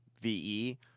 VE